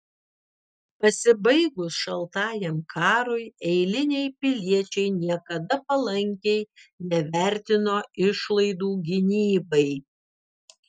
pasibaigus šaltajam karui eiliniai piliečiai niekada palankiai nevertino išlaidų gynybai